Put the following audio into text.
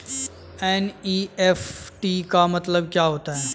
NEFT का मतलब क्या होता है?